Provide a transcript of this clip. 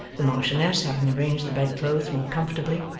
the marchioness, having arranged the bed-clothes more comfortably,